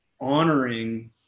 honoring